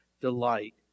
delight